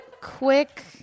Quick